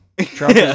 trump